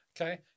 Okay